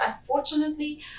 Unfortunately